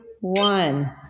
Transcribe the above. one